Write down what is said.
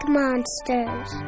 monsters